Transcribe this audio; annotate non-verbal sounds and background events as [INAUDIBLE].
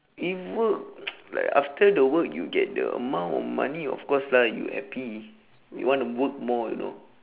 if work [NOISE] like after the work you get the amount of money of course lah you happy you want to work more you know